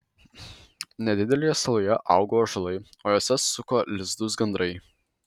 nedidelėje saloje augo ąžuolai o juose suko lizdus gandrai